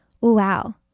Wow